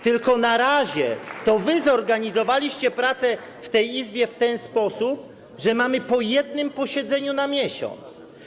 Tylko że na razie to wy zorganizowaliście pracę w tej Izbie w ten sposób, że mamy po jednym posiedzeniu na miesiąc.